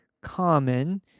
common